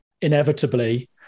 inevitably